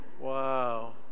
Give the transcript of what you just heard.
Wow